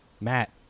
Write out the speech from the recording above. Matt